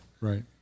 Right